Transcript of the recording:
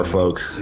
folks